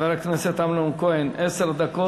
את רוצה לוועדה למעמד הילד, לא, לזכויות הילד.